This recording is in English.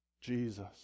Jesus